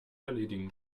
erledigen